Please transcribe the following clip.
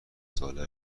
ساله